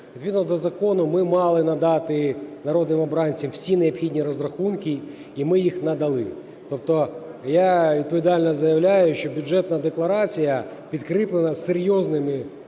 Відповідно до закону ми мали надати народним обранцям всі необхідні розрахунки, і ми їх надали. Тобто я відповідально заявляю, що Бюджетна декларація підкріплена серйозними,